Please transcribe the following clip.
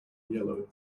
yellow